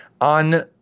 On